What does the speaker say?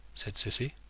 said cissy.